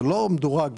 ולא בצורה מדורגת.